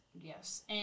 Yes